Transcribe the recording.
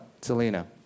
Selena